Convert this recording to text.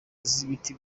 z’ibiti